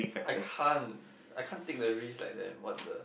I can't I can't take the risk like them what the